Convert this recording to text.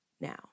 now